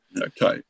Okay